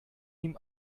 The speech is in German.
ihm